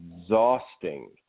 exhausting